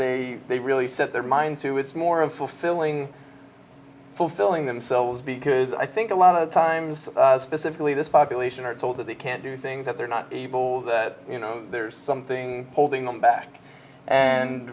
really set their mind to it's more of fulfilling fulfilling themselves because i think a lot of times specifically this population are told that they can't do things that they're not evil that you know there's something holding them back and